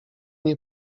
nie